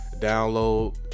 download